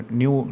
new